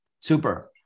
Super